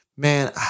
Man